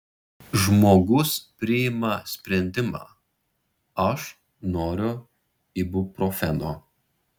žmogus priima sprendimą aš noriu ibuprofeno